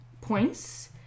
points